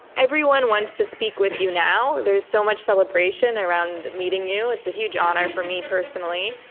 everyone wants to speak with you now. there's so much celebration around meeting you. it's a huge honor for me personally.